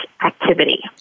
activity